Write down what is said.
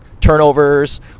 turnovers